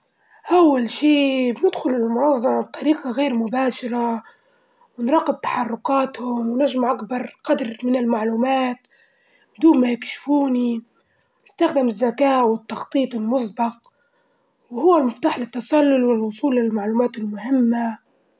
أول شي بندخل المنظمة بطريقة غير مباشرة ونراقب تحركاتهم ونجمع أكبر قدر من المعلومات، بدون ما يكشفوني، أستخدم الذكاء والتخطيط المسبق وهو مفتاح للتسلل والوصول للمعلومات المهمة.